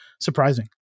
surprising